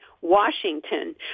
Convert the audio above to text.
Washington